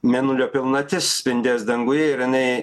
mėnulio pilnatis spindės danguje ir jinai